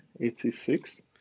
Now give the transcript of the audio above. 86